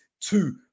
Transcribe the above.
two